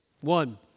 One